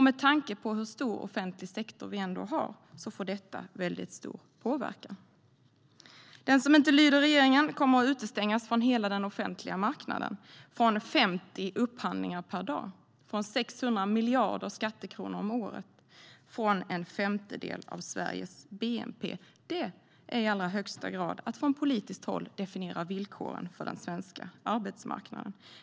Med tanke på hur stor offentlig sektor vi har får detta också stor påverkan. Den som inte lyder regeringen kommer att utestängas från hela den offentliga marknaden. De utestängs från 50 upphandlingar per dag, från 600 miljarder kronor om året och från en femtedel av Sveriges bnp. Det är i allra högsta grad att från politiskt håll definiera villkoren på den svenska arbetsmarknaden.